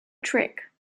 trick